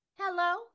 Hello